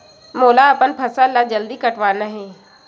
मोला अपन फसल ला जल्दी कटवाना हे?